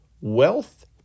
wealth